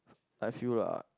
I feel lah